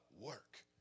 work